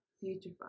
future